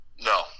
No